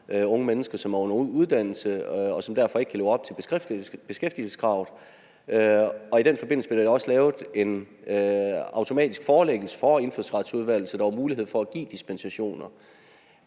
unge mennesker, som er under uddannelse, og som derfor ikke kan leve op til beskæftigelseskravet. I den forbindelse blev der også lavet en automatisk forelæggelse for Indfødsretsudvalget, så der var mulighed for at give dispensationer.